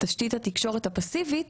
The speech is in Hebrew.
תשתית התקשורת הפסיבית